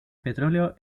petróleo